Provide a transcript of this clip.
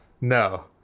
No